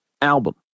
album